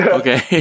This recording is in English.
okay